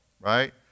Right